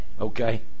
Okay